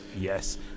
Yes